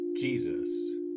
Jesus